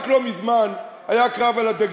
רק לא מזמן היה קרב על הדגים.